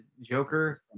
Joker